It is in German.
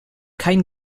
kein